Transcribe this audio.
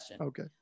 Okay